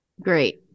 great